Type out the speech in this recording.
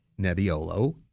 Nebbiolo